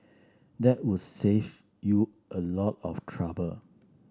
that would save you a lot of trouble